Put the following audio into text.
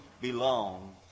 belong